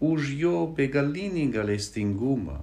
už jo begalinį gailestingumą